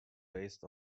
based